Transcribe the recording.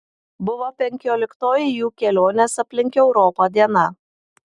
buvo penkioliktoji jų kelionės aplink europą diena